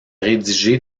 rédigé